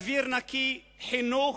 אוויר נקי, חינוך,